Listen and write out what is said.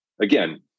again